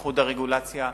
איחוד הרגולציה,